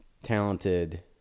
talented